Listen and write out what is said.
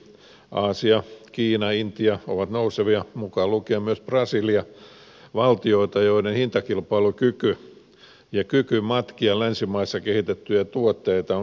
aasia kiina intia ovat nousevia mukaan lukien myös brasilia valtioita joiden hintakilpailukyky ja kyky matkia länsimaissa kehitettyjä tuotteita on kiusallinen yhdistelmä